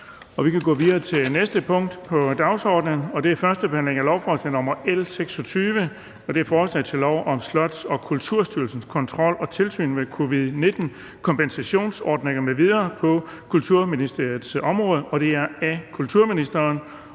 vedtaget. --- Det næste punkt på dagsordenen er: 11) 1. behandling af lovforslag nr. L 26: Forslag til lov om Slots- og Kulturstyrelsens kontrol og tilsyn med covid-19-kompensationsordninger m.v. på Kulturministeriets område. Af kulturministeren